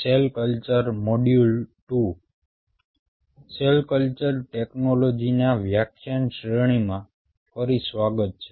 cell culture ટેકનોલોજીના વ્યાખ્યાન શ્રેણીમાં ફરી સ્વાગત છે